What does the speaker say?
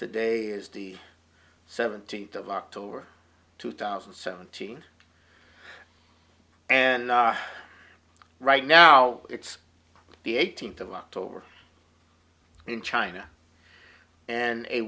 today is the seventeenth of october two thousand and seventeen and right now it's the eighteenth of october in china and a